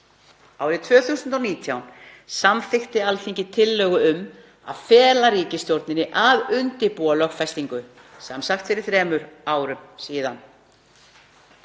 Árið 2019 samþykkti Alþingi tillögu um að fela ríkisstjórninni að undirbúa lögfestingu, fyrir þremur árum,